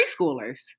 preschoolers